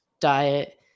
diet